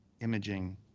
imaging